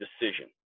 decision